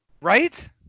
Right